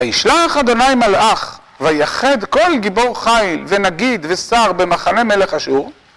וישלח ה' מלאך ויחד כל גיבור חיל ונגיד ושר במחנה מלך אשור